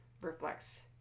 reflects